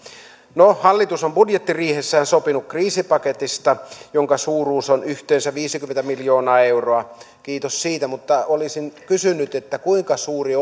no hallitus on budjettiriihessään sopinut kriisipaketista jonka suuruus on yhteensä viisikymmentä miljoonaa euroa kiitos siitä mutta olisin kysynyt kuinka suuri